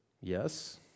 Yes